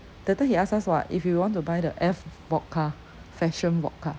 that time he ask us [what] if you want to buy the F vodka fashion vodka